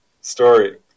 story